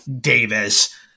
Davis